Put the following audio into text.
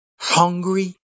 Hungry